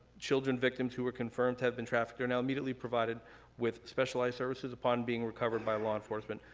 children victims who were confirmed to have been trafficked are now immediately provided with specialized services upon being recovered by law enforcement.